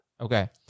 Okay